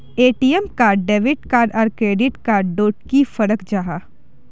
ATM card debit card आर credit card डोट की फरक जाहा?